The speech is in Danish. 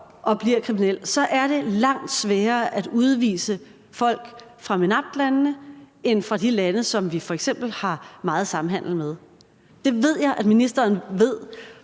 og bliver kriminel, så er langt sværere at udvise folk fra MENAPT-landene end fra de lande, som vi f.eks. har meget samhandel med. Det ved jeg at ministeren ved,